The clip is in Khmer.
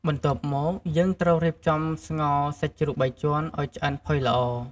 បន្ទាប់មកយើងត្រូវរៀបចំស្ងោរសាច់ជ្រូកបីជាន់ឲ្យឆ្អិនផុយល្អ ។